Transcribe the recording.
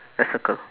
let's circle